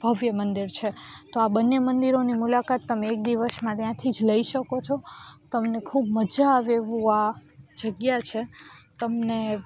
ભવ્ય મંદિર છે તો આ બંને મંદિરોની મુલાકાત તમે એક દિવસમાં ત્યાંથી જ લઈ શકો છો તમને ખૂબ મજા આવે એવું આ જગ્યા છે તમને